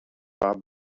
war